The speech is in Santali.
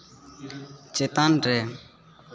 ᱪᱮᱛᱟᱱ ᱨᱮ